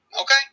Okay